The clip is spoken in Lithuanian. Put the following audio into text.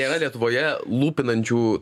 nėra lietuvoje lūpinančių